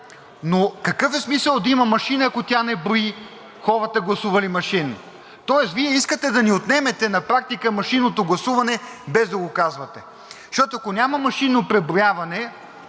Но какъв е смисълът да има машина, ако тя не брои хората, гласували машинно? Тоест Вие искате да ни отнемете на практика машинното гласуване, без да го казвате. Защото ако няма машинно преброяване